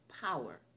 power